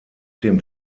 dem